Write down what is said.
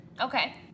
Okay